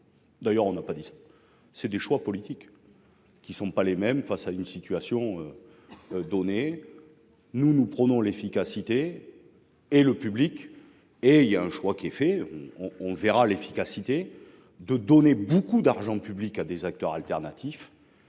D'ailleurs on n'a pas dit ça. C'est des choix politiques. Qui sont pas les mêmes face à une situation. Donnée. Nous, nous prenons l'efficacité. Et le public et il y a un choix qui est fait, on, on verra l'efficacité de donner beaucoup d'argent public à des acteurs alternatifs.